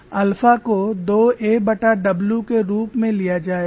alpha को 2 aw के रूप में लिया जाएगा